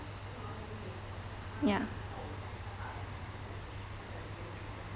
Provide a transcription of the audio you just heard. ya